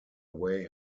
way